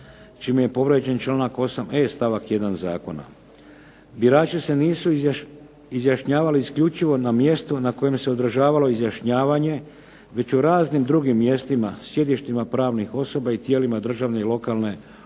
čime je povrijeđen članak 8e. stavak 1. Zakona. Birači se nisu izjašnjavali isključivo na mjestu na kojem se održavalo izjašnjavanje već u raznim drugim mjestima, sjedištima pravnih osoba i tijelima državne i lokalne uprave